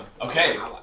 Okay